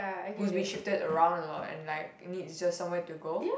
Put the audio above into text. who is be cheaper around a lot leh like it need just somewhere to go